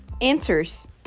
answers